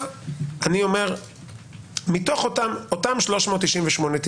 מתוך אותם 398,